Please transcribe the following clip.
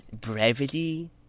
brevity